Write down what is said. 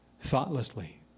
thoughtlessly